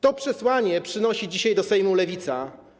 To przesłanie przynosi dzisiaj do Sejmu Lewica.